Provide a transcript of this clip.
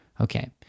okay